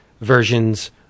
versions